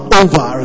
over